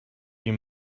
you